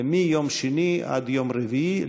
ומיום שני עד יום רביעי,